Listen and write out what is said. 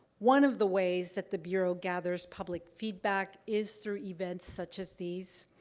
one of the ways that the bureau gathers public feedback is through events such as these.